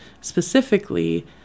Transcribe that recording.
specifically